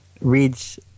reads